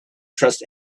trust